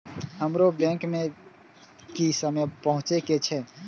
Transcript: हमरो बैंक में की समय पहुँचे के छै?